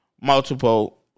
multiple